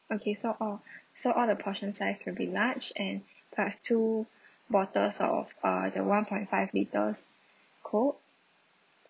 okay so all so all the portion size will be large and plus two bottles of uh the one point five litres coke